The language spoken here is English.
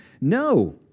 no